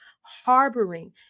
harboring